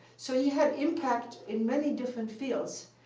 so he had impact in many different fields.